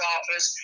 Office